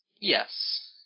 Yes